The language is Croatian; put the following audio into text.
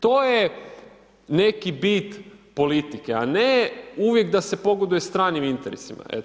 To je neki bit politike a ne uvijek da se pogoduje stranim interesima.